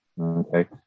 okay